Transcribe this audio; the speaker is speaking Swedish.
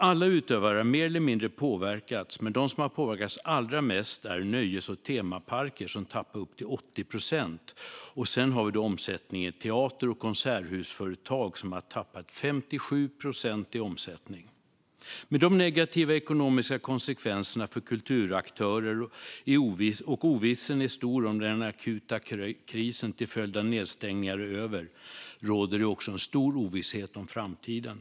Alla utövare har mer eller mindre påverkats, men de som påverkats allra mest är nöjes och temaparker, som tappat upp till 80 procent i omsättning, samt teater och konserthusföretag, som tappat 57 procent i omsättning. Med de negativa ekonomiska konsekvenserna för kulturaktörer och ovissheten om när den akuta krisen till följd av nedstängningar är över råder det också stor ovisshet om framtiden.